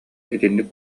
итинник